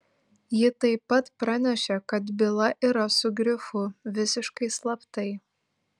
ji taip pat pranešė kad byla yra su grifu visiškai slaptai